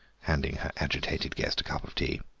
handing her agitated guest a cup of tea.